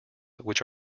which